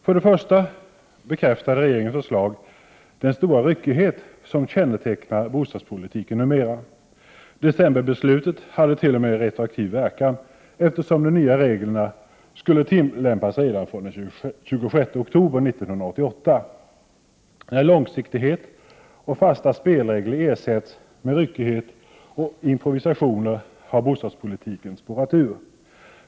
För det första bekräftade regeringens förslag den stora ryckighet som kännetecknar bostadspolitiken numera. Decemberbeslutet hade t.o.m. retroaktiv verkan, eftersom de nya reglerna skulle tillämpas redan från den 26 oktober 1988. När långsiktighet och fasta spelregler ersätts med ryckighet och improvisationer har bostadspolitiken spårat ur.